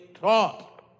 taught